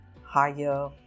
higher